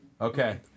Okay